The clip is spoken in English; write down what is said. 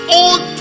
old